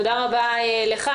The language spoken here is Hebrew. תודה רבה לך.